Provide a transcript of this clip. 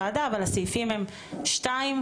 מדובר בסעיפים 2,